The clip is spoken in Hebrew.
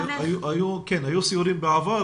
היו סיורים בעבר,